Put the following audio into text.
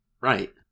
Right